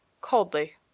coldly